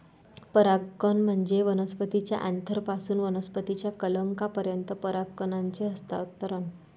परागकण म्हणजे वनस्पतीच्या अँथरपासून वनस्पतीच्या कलंकापर्यंत परागकणांचे हस्तांतरण